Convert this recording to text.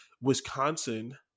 Wisconsin